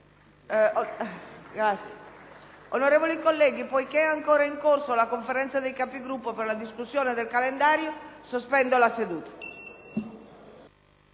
Onorevoli colleghi, poiché è ancora in corso la Conferenza dei Capigruppo per la discussione del calendario dei lavori